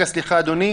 רגע, סליחה, אדוני.